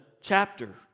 chapter